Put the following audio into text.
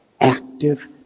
active